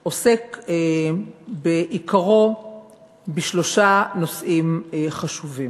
שאני מביאה פה היום עוסק בעיקרו בשלושה נושאים חשובים.